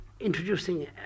introducing